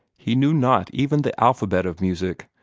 he knew not even the alphabet of music,